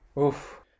Oof